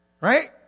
Right